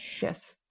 Yes